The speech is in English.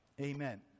amen